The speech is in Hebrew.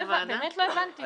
אני באמת לא הבנתי.